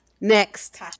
Next